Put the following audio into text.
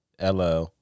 LL